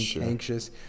anxious